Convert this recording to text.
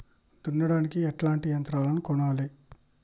దున్నడానికి ఎట్లాంటి యంత్రాలను కొనాలే?